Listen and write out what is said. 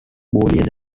boolean